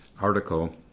article